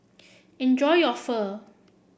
enjoy your Pho